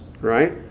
right